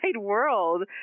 world